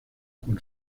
con